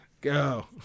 Go